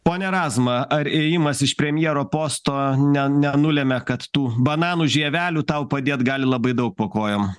pone razma ar ėjimas iš premjero posto ne nenulemia kad tų bananų žievelių tau padėt gali labai daug po kojom